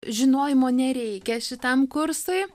žinojimo nereikia šitam kursui